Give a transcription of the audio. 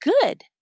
good